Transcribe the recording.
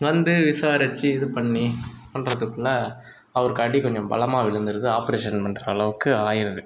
வந்து விசாரித்து இது பண்ணி பண்றதுக்குள்ளே அவருக்கு அடி கொஞ்சம் பலமாக விழுந்துருது ஆப்ரேஷன் பண்ற அளவுக்கு ஆயிடுது